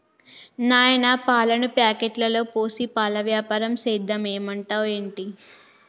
నాయనా పాలను ప్యాకెట్లలో పోసి పాల వ్యాపారం సేద్దాం ఏమంటావ్ ఏంటి